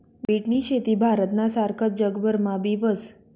बीटनी शेती भारतना सारखस जगभरमा बी व्हस